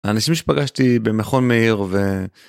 אנשים שפגשתי במכון מאיר ו.